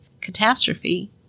catastrophe